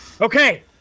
Okay